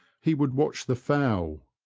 he would watch the fowl,